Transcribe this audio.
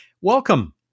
Welcome